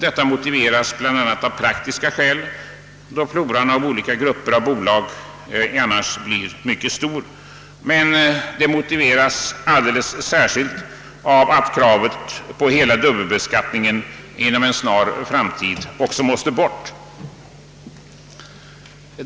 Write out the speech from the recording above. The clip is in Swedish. Detta motiveras bl.a. av praktiska skäl, då floran av olika grupper av bolag annars kan bli mycket stor, men det motiveras särskilt av kravet på att hela dubbelbeskattningen inom en snar framtid måste bort.